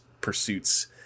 pursuits